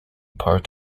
part